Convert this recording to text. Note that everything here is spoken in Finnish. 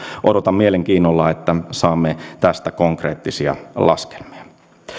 odotan mielenkiinnolla että saamme tästä konkreettisia laskelmia